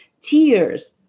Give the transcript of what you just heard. tears